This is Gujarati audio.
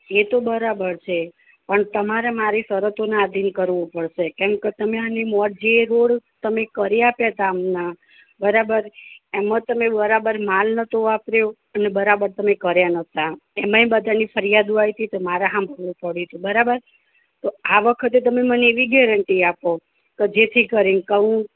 એ તો બરાબર છે પણ તમારે મારી શરતોના આધીન કરવું પડશે કેમકે તમે આની મોર જે રોડ તમે કરી આપ્યા તા હમણાં બરાબર એમાં તમે બરાબર માલ નહોતો વાપર્યો અને બરાબર તમે કર્યા નહોતા એમાંય બધાની ફરિયાદો આવી હતી તે મારે સાંભળવું પડ્યું હતું બરાબર તો આ વખતે તમે મને એવી ગેરંટી આપો કે જેથી કરીને કે હું